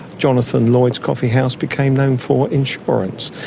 jonathan lloyd's coffee house became known for insurance.